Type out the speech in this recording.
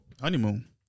Honeymoon